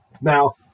now